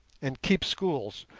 and keep schools,